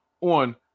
on